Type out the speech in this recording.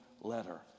letter